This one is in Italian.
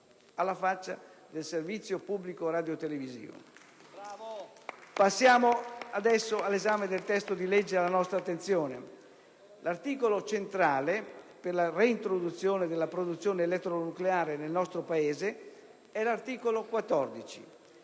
Passiamo adesso all'esame del testo di legge alla nostra attenzione. L'articolo centrale per la reintroduzione della produzione elettronucleare nel nostro Paese è l'articolo 14.